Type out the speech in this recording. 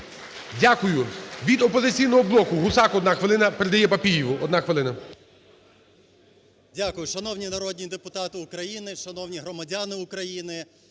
Дякую. Від "Опозиційного блоку" Гусак, одна хвилина. ПередаєПапієву,